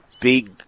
big